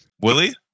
Willie